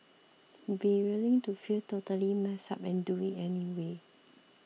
be willing to feel totally messed up and do it anyway